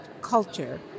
culture